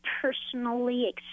personally